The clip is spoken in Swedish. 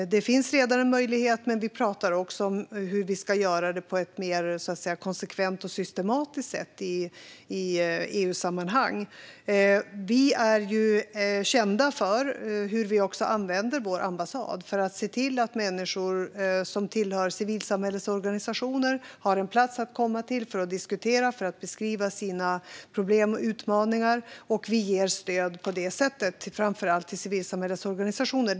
Det finns redan en möjlighet, men vi pratar också om hur vi ska göra det på ett mer konsekvent och systematiskt sätt i EU-sammanhang. Vi är också kända för hur vi använder vår ambassad för att se till att människor som tillhör civilsamhällets organisationer har en plats att komma till för att diskutera och beskriva sina problem och utmaningar. På det sättet ger vi stöd till framför allt civilsamhällets organisationer.